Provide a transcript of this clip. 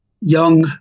young